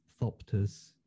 Thopters